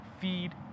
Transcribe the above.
feed